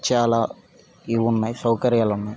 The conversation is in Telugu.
చాలా ఇవి ఉన్నాయి సౌకర్యాలు ఉన్నాయి